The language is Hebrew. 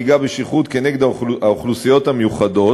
נהיגה בשכרות כנגד האוכלוסיות המיוחדות